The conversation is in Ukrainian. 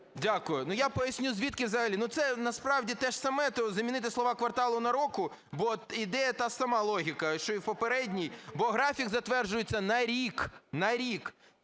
Дякую. Я поясню, звідки взагалі. Це насправді те ж саме, замінити слова "кварталу" на "року", бо іде та сама логіка, що і в попередній, бо графік затверджується на рік - на рік,